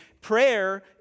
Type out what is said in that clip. Prayer